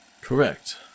Correct